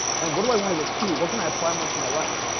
and what do i want to repeat, what can i apply more to my life.